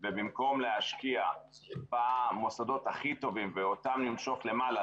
ובמקום להשקיע במוסדות הכי טובים ואותם למשוך למעלה,